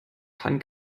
kein